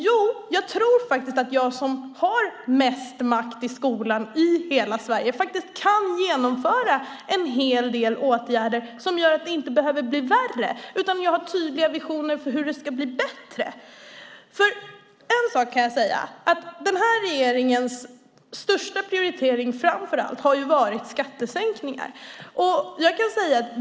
Jo, jag tror att jag som har mest makt i skolan i hela Sverige kan vidta en hel del åtgärder som gör att det inte behöver bli värre, utan jag har tydliga visioner om hur det ska bli bättre. En sak kan jag säga: Den här regeringens största prioritering har varit skattesänkningar.